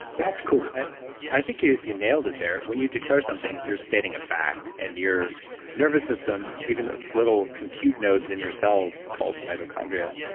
that's cool i think you you nailed it there. when you declare something you're stating a fact and your nervous system, even those little compute nodes in your cells called mitochondria,